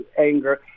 anger